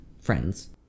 friends